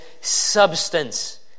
substance